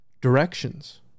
directions